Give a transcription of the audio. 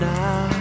now